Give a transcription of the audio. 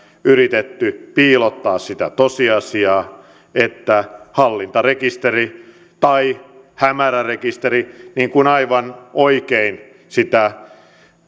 yritetty piilottaa sitä tosiasiaa että hallintarekisteri tai hämärärekisteri niin kuin aivan oikein sitä